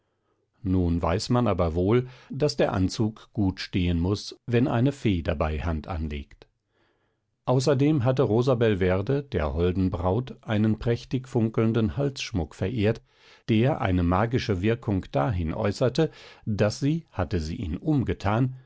nun weiß man aber wohl daß der anzug gut stehen muß wenn eine fee dabei hand anlegt außerdem hatte rosabelverde der holden braut einen prächtig funkelnden halsschmuck verehrt der eine magische wirkung dahin äußerte daß sie hatte sie ihn umgetan